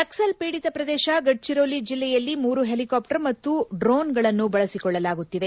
ನಕ್ಷಲ್ ಪೀದಿತ ಪ್ರದೇಶ ಗಡ್ ಚಿರೋಲಿ ಜಿಲ್ಲೆಯಲ್ಲಿ ಮೂರು ಹೆಲಿಕಾಪ್ಸರ್ ಮತ್ತು ಡ್ರೋಣ್ ಗಳನ್ನು ಬಳಸಿಕೊಳ್ಳಲಾಗುತ್ತಿದೆ